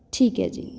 ਠੀਕ ਹੈ ਜੀ